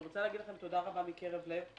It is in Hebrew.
אני רוצה להגיד לכם תודה רבה מקרב לב,